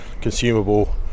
consumable